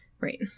Right